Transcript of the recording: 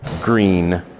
green